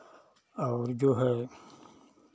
और जो है